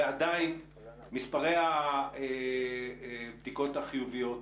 ועדיין מספרי הבדיקות החיוביות עולים,